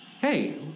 Hey